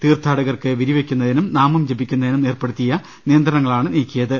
തീർത്ഥാടകർക്ക് വിരി വെക്കുന്നതിനും നാമംജപിക്കുന്നതിനും ഏർപ്പെടുത്തിയ നിയ ന്ത്രണങ്ങളാണ് നീക്കിയത്